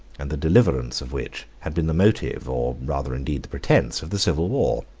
and the deliverance of which had been the motive, or rather indeed the pretence, of the civil war.